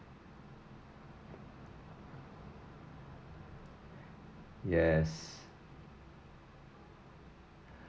yes